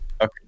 Okay